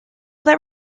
that